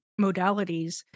modalities